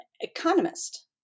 economist